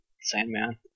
Sandman